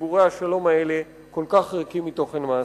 שדיבורי השלום האלה כל כך ריקים מתוכן מעשי.